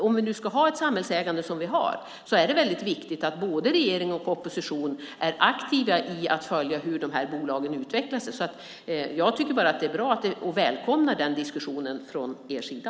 Om vi nu ska ha ett samhällsägande, som vi har, är det viktigt att både regering och opposition är aktiva i att följa hur bolagen utvecklar sig. Jag tycker bara att det är bra, och jag välkomnar den diskussionen från er sida.